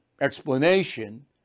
explanation